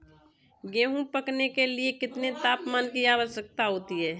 गेहूँ पकने के लिए कितने तापमान की आवश्यकता होती है?